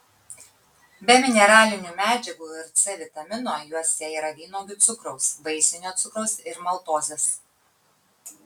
be mineralinių medžiagų ir c vitamino juose yra vynuogių cukraus vaisinio cukraus ir maltozės